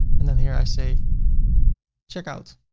and then here i say checkout.